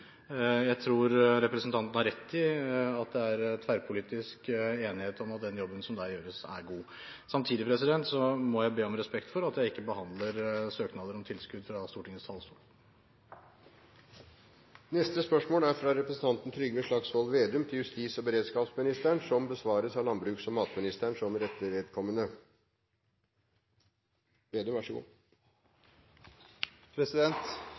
Jeg tror representanten har rett i at det er tverrpolitisk enighet om at den jobben som der gjøres, er god. Samtidig må jeg be om respekt for at jeg ikke behandler søknader om tilskudd fra Stortingets talerstol. Dette spørsmålet, fra representanten Trygve Slagsvold Vedum til justis- og beredskapsministeren, vil bli besvart av landbruks- og matministeren som rette vedkommende.